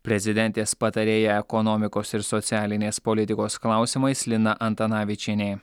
prezidentės patarėja ekonomikos ir socialinės politikos klausimais lina antanavičienė